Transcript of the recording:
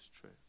true